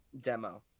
demo